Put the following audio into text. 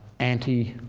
anti